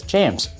James